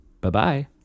Bye-bye